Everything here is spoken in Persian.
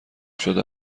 شده